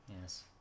Yes